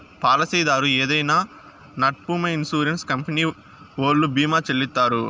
పాలసీదారు ఏదైనా నట్పూమొ ఇన్సూరెన్స్ కంపెనీ ఓల్లు భీమా చెల్లిత్తారు